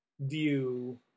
view